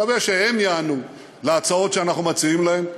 אני מקווה שהם ייענו להצעות שאנחנו מציעים להם.